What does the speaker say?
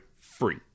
free